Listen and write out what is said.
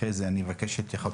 חזי, אני מבקש גם את התייחסותכם.